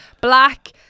black